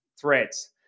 Threads